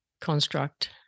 construct